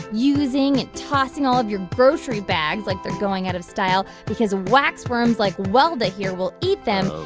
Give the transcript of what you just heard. using and tossing all of your grocery bags like they're going out of style because wax worms like welda here will eat them. ok.